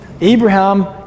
Abraham